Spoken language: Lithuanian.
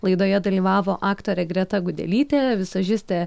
laidoje dalyvavo aktorė greta gudelytė vizažistė